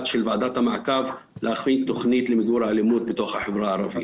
של ועדת המעקב להכין תוכנית למיגור האלימות בתוך החברה הערבית.